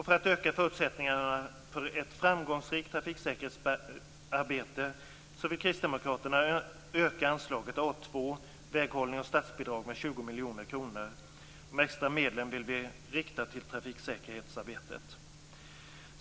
För att öka förutsättningarna för ett framgångsrikt trafiksäkerhetsarbete vill Kristdemokraterna öka anslaget A 2 De extra medlen vill vi rikta till trafiksäkerhetsarbetet.